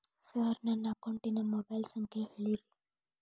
sir ನನ್ನ ಅಕೌಂಟಿನ mobile ಸಂಖ್ಯೆ ಹೇಳಿರಿ